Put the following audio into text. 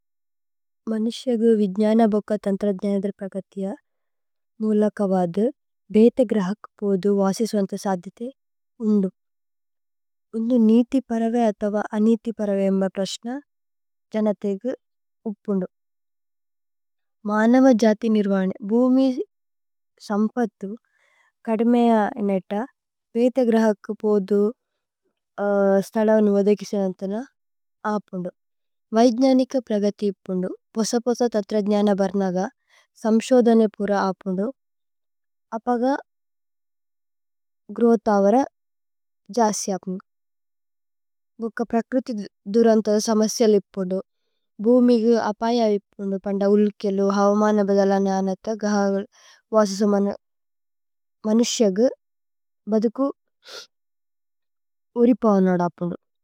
മനിശേ അഗു വിദ്ജന ബക തന്ത്രദ്ജന ധ പ്രകതിയ, മുല്ല കവദു, ബേഥ ഗ്രഹകു പോദു, വസി സ്വന്ത സാദിതേ, ഉന്ദു। ഉന്ദു നിതി പരവേ, അതവ അനിതി പരവേമ പ്രശ്ന, ജനതേഗു, ഉപുന്ദു। മനമ ജതി നിര്വനേ। ഭുമി, സമ്പദ്ദു, കദ്മേയ ഇനേത, ബേഥ ഗ്രഹകു പോദു, സ്തദവനു വദേകിസന തന, അപുന്ദു। വൈദ്ജന നിക പ്രകതിയ പുന്ദു, പോസപോസ തന്ത്രദ്ജന ബര്നഗ, സമ്ശോദന പുര അപുന്ദു। അപഗ ഗ്രോഥവര ജസി അപുന്ദു। ഭുക്ക പ്രക്രുതി ദുരന്ത സാമസിയ ലി പുന്ദു। ഭുമി ഗു അപയ ഇപുന്ദു, പന്ദു ഉല്കേലു, ഹവുമന വജലന അനത, ഘഹകുല്, വസി സ്വമനു। മനിശേ അഗു, ബേഥുകു ഉരിപവന ധ അപുന്ദു।